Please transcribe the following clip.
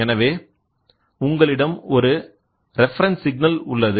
எனவே உங்களிடம் ஒரு ரெஃபரன்ஸ் சிக்னல் உள்ளது